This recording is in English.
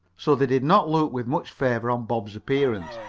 so they did not look with much favor on bob's appearance.